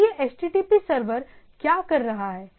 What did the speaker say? तो यह HTTP server क्या कर रहा है